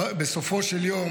בסופו של יום